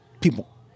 people